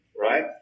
right